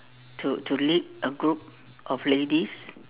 to to lead a group of ladies